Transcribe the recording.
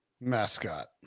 mascot